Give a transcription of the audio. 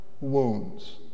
wounds